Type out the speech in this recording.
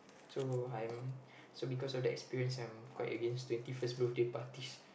so I'm so because of the experience I'm quite against twenty first birthday parties